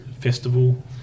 festival